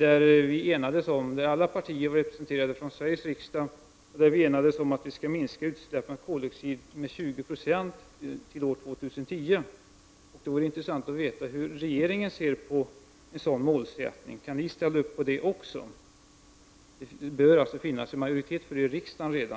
Alla partier i Sveriges riksdag var representerade, och man enades om att koldioxidutsläppen skall minskas med 20 96 fram till år 2010. Det vore intressant att veta hur regeringen ser på den målsättningen. Kan regeringen ställa upp på detta? Jag hoppas att det redan nu finns en majoritet härför i riksdagen,